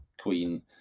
queen